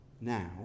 now